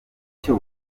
cyo